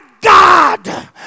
God